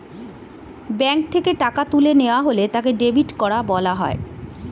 bank থেকে টাকা তুলে নেওয়া হলে তাকে ডেবিট করা বলা হয়